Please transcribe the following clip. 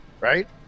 right